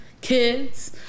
kids